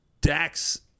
Dax